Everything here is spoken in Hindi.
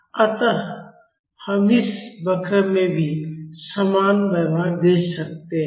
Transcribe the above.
अतः हम इस वक्र में भी समान व्यवहार देख सकते हैं